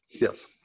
Yes